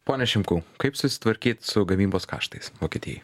pone šimkau kaip susitvarkyt su gamybos kaštais vokietijai